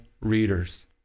readers